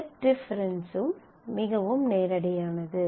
set டிஃபரென்ஸும் மிகவும் நேரடியானது